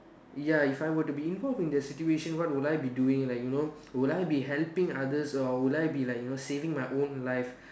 ya if I were to be involve in that situation what would I be doing like you know would I be helping others or would I be like you know saving my own life